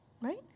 Right